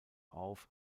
auf